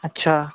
अच्छा